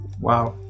Wow